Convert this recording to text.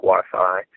Wi-Fi